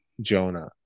Jonah